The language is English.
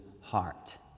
heart